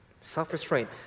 Self-restraint